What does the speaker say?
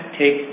take